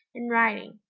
in writing.